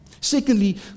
Secondly